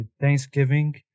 Thanksgiving